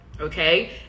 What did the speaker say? okay